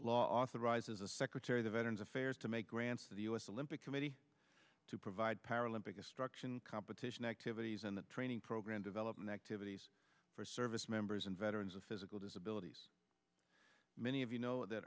arises a secretary of veterans affairs to make grants to the u s olympic committee to provide paralympic a struction competition activities and the training program development activities for service members and veterans of physical disability many of you know that